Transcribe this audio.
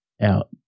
out